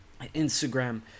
instagram